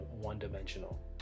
one-dimensional